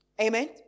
Amen